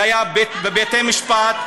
זה היה בבתי משפט.